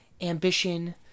ambition